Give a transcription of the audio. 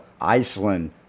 Iceland